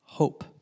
hope